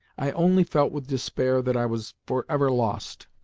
i only felt with despair that i was for ever lost.